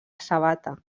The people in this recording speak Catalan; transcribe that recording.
sabata